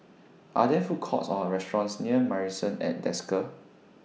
Are There Food Courts Or restaurants near Marrison At Desker